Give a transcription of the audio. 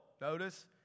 notice